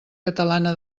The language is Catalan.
catalana